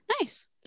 Nice